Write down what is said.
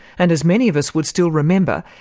and as many of us would still remember,